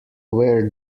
wear